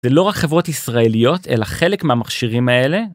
זה לא רק חברות ישראליות, אלא חלק מהמכשירים האלה?